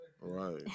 right